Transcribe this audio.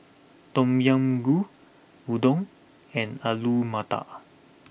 Tom Yam Goong Udon and Alu Matar